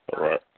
Right